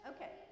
Okay